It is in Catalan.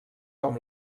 com